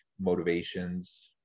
motivations